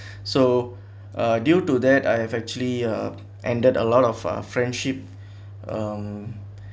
so uh due to that I have actually uh ended a lot of uh friendship um